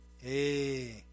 Hey